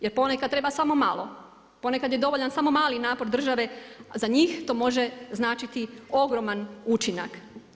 Jer ponekada treba samo malo, ponekad je dovoljan samo mali napor države a za njih to može značiti ogroman učinak.